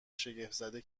شگفتزده